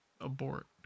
Abort